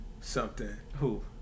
something—Who